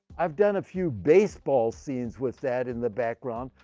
i've done a few baseball scenes with that in the background.